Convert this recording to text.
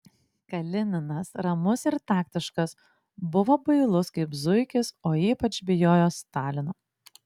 kalininas ramus ir taktiškas buvo bailus kaip zuikis o ypač bijojo stalino